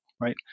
right